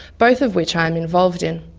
both of which i am involved in.